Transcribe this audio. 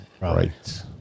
right